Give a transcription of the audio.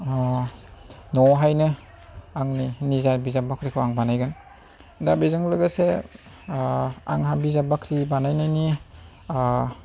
न'आवहाय आंनि निजा बिजाब बाख्रिखौ आं बानायगोन दा बेजों लोगोसे आंहा बिजाब बाख्रि बानायनायनि